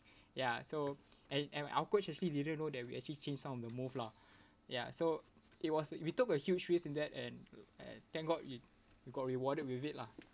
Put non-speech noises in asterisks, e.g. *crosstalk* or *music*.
ya so and and our coach actually didn't know that we actually changed some of the move lah *breath* ya so it was we took a huge risk in that and and thank god we got rewarded with it lah